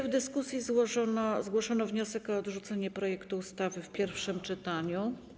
W dyskusji zgłoszono wniosek o odrzucenie projektu ustawy w pierwszym czytaniu.